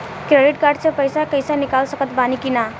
Credit card से पईसा cash निकाल सकत बानी की ना?